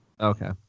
Okay